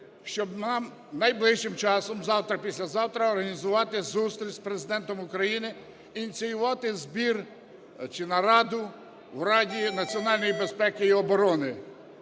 нам найближчим часом, завтра-післязавтра, організувати зустріч з Президентом України, ініціювати збір чи нараду в Раді національної безпеки і оборони,